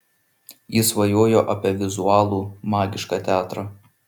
ji svajojo apie vizualų magišką teatrą